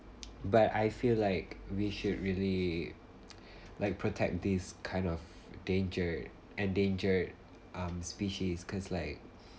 but I feel like we should really like protect these kind of dangered endangered species cause like